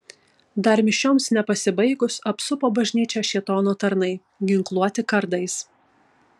dar mišioms nepasibaigus apsupo bažnyčią šėtono tarnai ginkluoti kardais